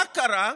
מה קרה?